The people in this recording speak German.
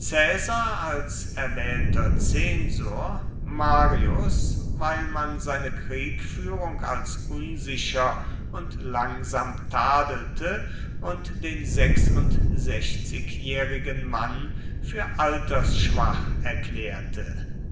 als erwählter zensor marius weil man seine kriegführung als unsicher und langsam tadelte und den sechsundsechzigjährigen mann für altersschwach erklärte